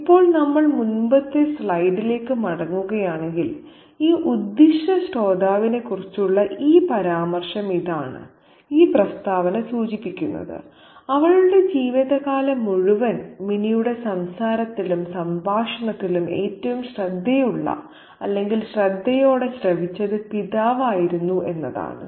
ഇപ്പോൾ നമ്മൾ മുമ്പത്തെ സ്ലൈഡിലേക്ക് മടങ്ങുകയാണെങ്കിൽ ഈ ഉദ്ദിഷ്ട ശ്രോതാവിനെക്കുറിച്ചുള്ള ഈ പരാമർശം ഇതാണ് ഈ പ്രസ്താവന സൂചിപ്പിക്കുന്നത് അവളുടെ ജീവിതകാലം മുഴുവൻ മിനിയുടെ സംസാരത്തിലും സംഭാഷണത്തിലും ഏറ്റവും ശ്രദ്ധയുള്ള അല്ലെങ്കിൽ ശ്രദ്ധയോടെ ശ്രവിച്ചത് പിതാവായിരുന്നു എന്നാണ്